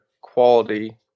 quality